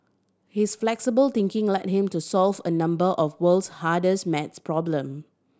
his flexible thinking led him to solve a number of world's hardest maths problem